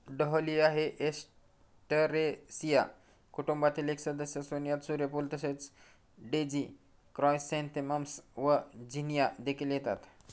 dahlia हे Asteraceae कुटुंबातील एक सदस्य असून यात सूर्यफूल तसेच डेझी क्रायसॅन्थेमम्स व झिनिया देखील येतात